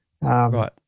Right